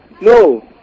No